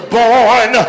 born